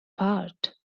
part